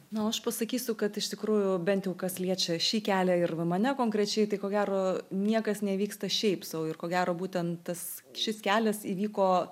na o aš pasakysiu kad iš tikrųjų bent jau kas liečia šį kelią ir mane konkrečiai tai ko gero niekas nevyksta šiaip sau ir ko gero būtent tas šis kelias įvyko